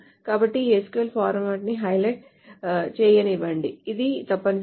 కాబట్టి ఈ SQL format ని హైలైట్ చేయనివ్వండి ఇది తప్పనిసరిగా